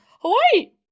Hawaii